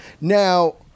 Now